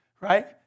right